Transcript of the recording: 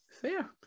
Fair